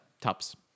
Tops